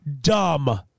dumb